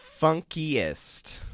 funkiest